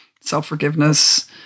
self-forgiveness